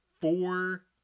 four